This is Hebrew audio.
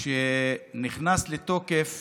שנכנס לתוקף